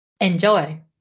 enjoy